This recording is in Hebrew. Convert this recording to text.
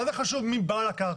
מה זה חשוב מי בעל הקרקע?